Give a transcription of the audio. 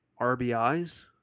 RBIs